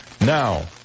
now